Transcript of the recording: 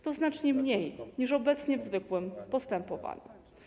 To znacznie mniej niż obecnie w zwykłym postępowaniu.